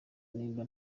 nimba